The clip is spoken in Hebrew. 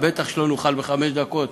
וודאי שלא נוכל בחמש דקות